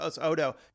Odo